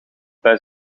bij